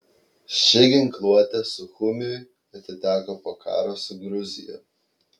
ši ginkluotė suchumiui atiteko po karo su gruzija